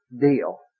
deal